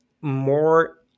more